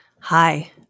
Hi